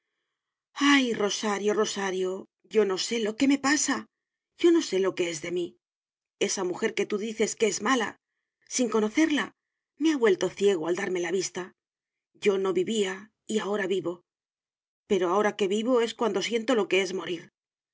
ay rosario rosario yo no sé lo que me pasa yo no sé lo que es de mí esa mujer que tú dices que es mala sin conocerla me ha vuelto ciego al darme la vista yo no vivía y ahora vivo pero ahora que vivo es cuando siento lo que es morir